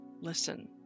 listen